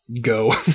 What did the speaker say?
Go